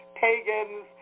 Pagans